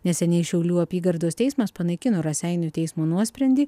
neseniai šiaulių apygardos teismas panaikino raseinių teismo nuosprendį